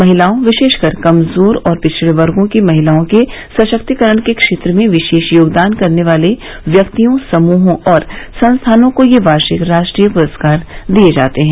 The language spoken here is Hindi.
महिलाओं विशेषकर कमजोर और पिछड़े वर्गो की महिलाओं के सशक्तिकरण के क्षेत्र में विशेष योगदान करने वाले व्यक्तियों समूहों और संस्थानों को ये वार्षिक राष्ट्रीय पुरस्कार दिये जाते है